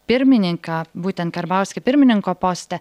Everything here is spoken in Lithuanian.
pirmininką būtent karbauskį pirmininko poste